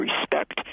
respect